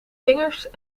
vingers